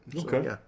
Okay